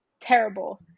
terrible